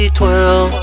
twirl